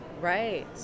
Right